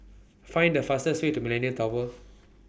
Find The fastest Way to Millenia Tower